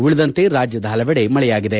ಉಳಿದಂತೆ ರಾಜ್ಯದ ಹಲವೆಡೆ ಮಳೆಯಾಗಿದೆ